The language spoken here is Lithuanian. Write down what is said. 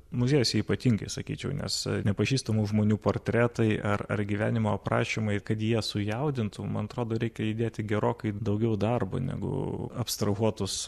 muziejuose ypatingai sakyčiau ne nepažįstamų žmonių portretai ar ar gyvenimo aprašymai kad jie sujaudintų man atrodo reikia įdėti gerokai daugiau darbo negu abstrahuotus